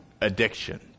addiction